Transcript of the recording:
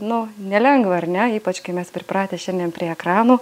nu nelengva ar ne ypač kai mes pripratę šiandien prie ekranų